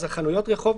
חנויות הרחוב,